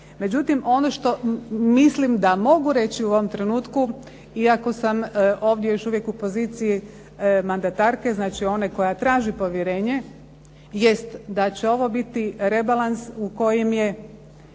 Međutim ono što mislim da mogu reći u ovom trenutku, iako sam ovdje još uvijek u poziciji mandatarske, znači one koja traži povjerenje jest da će ovo biti rebalans u kojem je